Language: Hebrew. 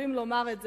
חייבים לומר את זה,